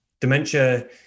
Dementia